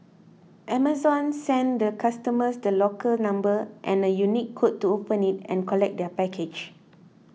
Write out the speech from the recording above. Amazon send the customer the locker number and a unique code to open it and collect their package